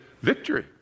victory